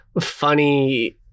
funny